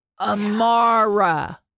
Amara